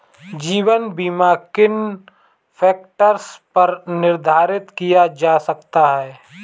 जीवन बीमा किन फ़ैक्टर्स पर निर्धारित किया जा सकता है?